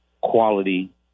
quality